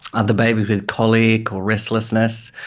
other babies with colic or restlessness,